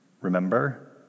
remember